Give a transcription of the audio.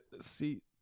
See